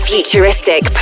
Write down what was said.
Futuristic